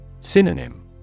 Synonym